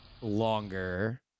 longer